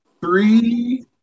three